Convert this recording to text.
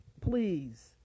please